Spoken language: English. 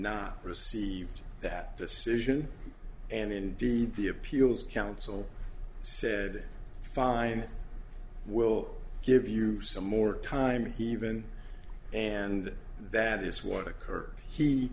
not received that decision and indeed the appeals counsel said fine we'll give you some more time he even and that is what occur